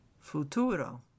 futuro